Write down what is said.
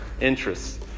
interests